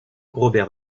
robert